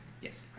Yes